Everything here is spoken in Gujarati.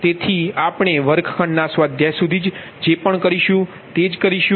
તેથી આપણે વર્ગખંડના સ્વાધ્યાઅ સુધી જે પણ કરીશું તે જ કરીશું